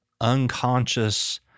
unconscious